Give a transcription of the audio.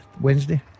Wednesday